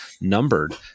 numbered